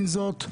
עם זאת,